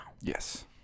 Yes